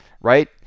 right